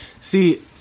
See